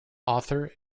author